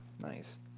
Nice